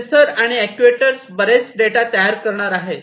censor आणि actuator बरेच data तयार करणार आहेत